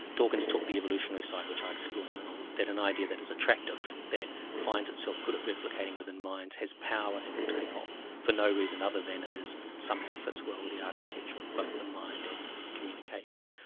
dawkins took the evolutionary side, which i exploit in the novel, that an idea that is attractive, that finds itself good at replicating within minds, has power and will take off for no reason other than it is somehow fits well with the architecture of both the mind and communication.